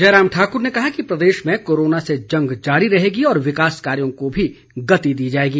जयराम ठाक्र ने कहा कि प्रदेश में कोरोना से जंग जारी रहेगी और विकास कार्यों को भी गति दी जाएगी